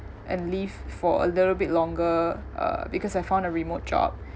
and leave for a little bit longer uh because I found a remote job